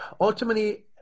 ultimately